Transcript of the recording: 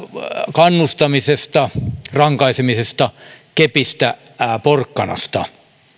kannustamisesta rankaisemisesta kepistä porkkanasta